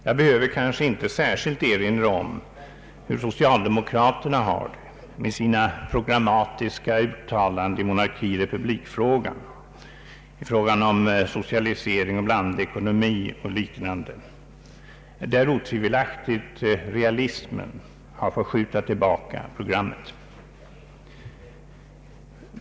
Jag behöver kanske inte särskilt erinra om hur socialdemokraterna har det med sina programmatiska uttalanden i fråga om monarki eller republik, i fråga om socialisering eller blandekonomi och liknande frågor, där otvivelaktigt realismen har fått hålla tillbaka programmet.